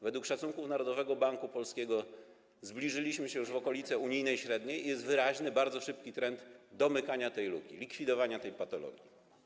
Według szacunków Narodowego Banku Polskiego zbliżyliśmy się w okolice unijnej średniej i jest wyraźny, bardzo szybki trend domykania tej luki, likwidowania tej patologii.